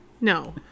No